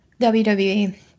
WWE